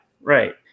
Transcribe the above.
Right